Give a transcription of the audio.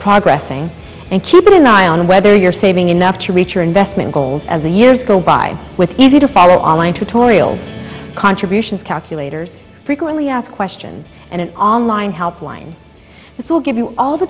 probably resting and keeping an eye on whether you're saving enough to reach your investment goals as the years go by with easy to follow online tutorials contributions calculators frequently ask questions in an online help line this will give you all the